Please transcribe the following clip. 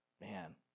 Man